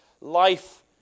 life